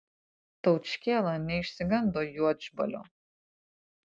taučkėla neišsigando juodžbalio